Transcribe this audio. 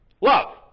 Love